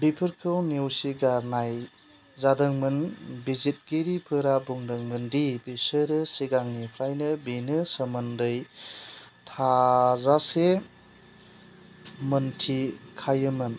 बेफोरखौ नेवसिगारनाय जादोंमोन बिजितगिरिफोरा बुंदोंमोन दि बेसोरो सिगांनिफ्रायनो बेनो सोमोन्दै थाजासे मोनथिखायोमोन